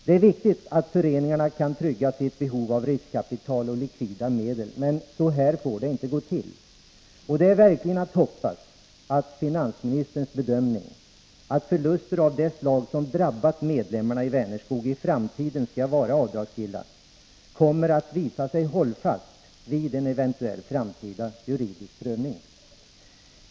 Det är viktigt att föreningar kan trygga sina behov av riskkapital och likvida medel, men så här får det inte gå till. Det är verkligen att hoppas att finansministerns bedömning — att förluster av det slag som drabbat medlemmarna i Vänerskog i framtiden skall vara avdragsgilla — kommer att visa sig hållfast vid en eventuell framtida juridisk prövning.